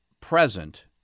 present